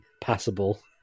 passable